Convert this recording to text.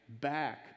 back